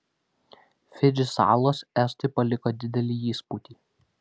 fidži salos estui paliko didelį įspūdį